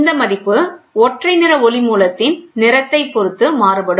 இந்த மதிப்பு ஒற்றை நிற ஒளி மூலத்தின் நிறத்தைப் பொறுத்து மாறுபடும்